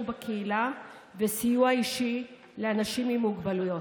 בקהילה וסיוע אישי לאנשים עם מוגבלויות.